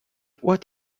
what